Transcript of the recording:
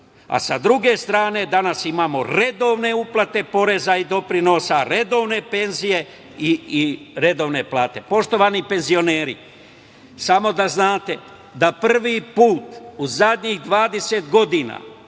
a sa druge strane danas imamo redovne uplate poreza i doprinosa, redovne penzije i redovne plate. Poštovani penzioneri, samo da znate da prvi put u poslednjih 20 godina